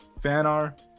Fanar